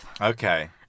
Okay